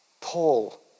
Paul